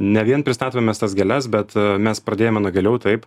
ne vien pristatome mes tas gėles bet mes pradėjome nuo gėlių taip